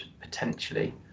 potentially